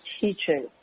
teaching